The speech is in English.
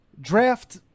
draft